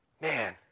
Man